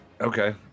Okay